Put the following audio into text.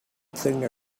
thing